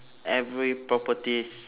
every properties